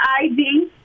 id